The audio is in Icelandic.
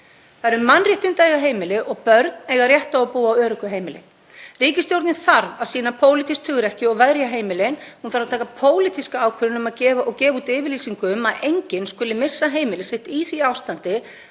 Það eru mannréttindi að eiga heimili og börn eiga rétt á að búa á öruggu heimili. Ríkisstjórnin þarf að sýna pólitískt hugrekki og verja heimilin. Hún þarf að taka pólitíska ákvörðun og gefa út yfirlýsingu um að enginn skuli missa heimili sitt í því ástandi